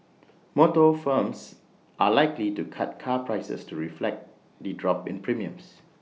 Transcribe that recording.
motor firms are likely to cut car prices to reflect the drop in premiums